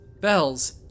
Bells